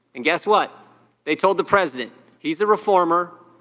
and guess what they told the president he's a reformer.